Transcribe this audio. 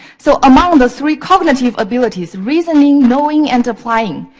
so, among the three cognitive abilities, reasoning, knowing, and applying,